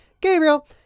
gabriel